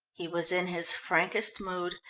he was in his frankest mood,